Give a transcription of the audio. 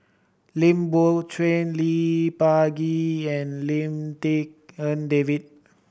Lim Biow Chuan Lee Peh Gee and Lim Tik En David